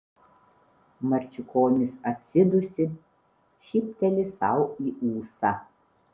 marčiukonis atsidūsi šypteli sau į ūsą